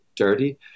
dirty